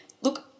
look